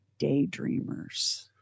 daydreamers